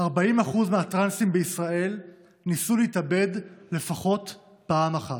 40% מהטרנסים בישראל ניסו להתאבד לפחות פעם אחת.